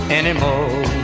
anymore